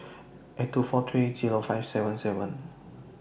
eight two four three Zero five seven seven